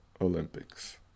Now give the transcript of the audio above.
Olympics